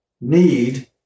need